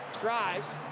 drives